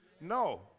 No